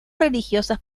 religiosas